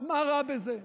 מה רע בזה?